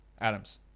Adams